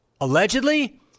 Allegedly